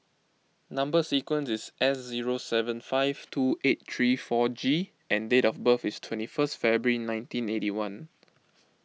Number Sequence is S zero seven five two eight three four G and date of birth is twenty first February nineteen eighty one